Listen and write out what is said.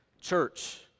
church